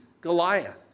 Goliath